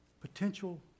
Potential